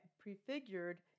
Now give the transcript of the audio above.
prefigured